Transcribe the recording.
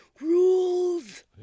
rules